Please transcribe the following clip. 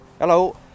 Hello